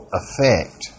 effect